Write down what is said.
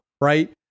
Right